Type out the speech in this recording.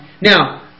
Now